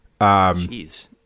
Jeez